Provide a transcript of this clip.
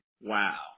Wow